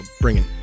bringing